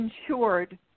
insured